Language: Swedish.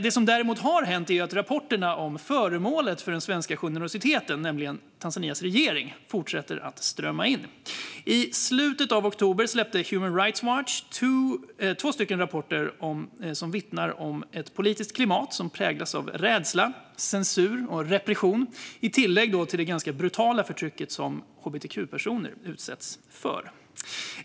Det som däremot har hänt är att rapporterna om föremålet för den svenska generositeten, nämligen Tanzanias regering, fortsätter att strömma in. I slutet av oktober släppte Human Rights Watch två rapporter som vittnar om ett politiskt klimat som präglas av rädsla, censur och repression i tillägg till det ganska brutala förtrycket som hbtq-personer utsätts för.